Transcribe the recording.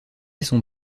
son